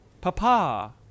Papa